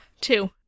two